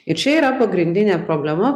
ir čia yra pagrindinė problema